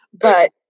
But-